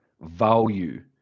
value